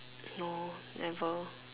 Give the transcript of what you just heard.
no never